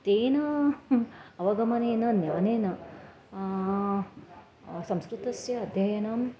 तेन अवगमनेन ज्ञानेन संस्कृतस्य अध्ययनम्